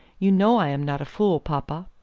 you know i am not a fool, papa.